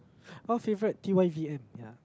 oh favourite T_Y_V_M ya